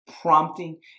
prompting